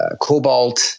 cobalt